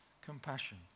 compassion